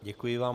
Děkuji vám.